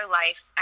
life